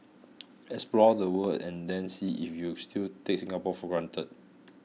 explore the world and then see if you still take Singapore for granted